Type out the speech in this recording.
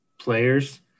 players